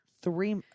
Three